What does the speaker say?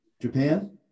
Japan